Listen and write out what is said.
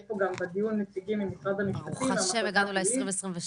יש פה גם בדיון נציגים ממשרד המשפטים -- ברוך השם הגענו ל-2022,